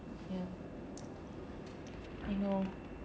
ya I know